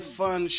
fun